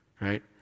Right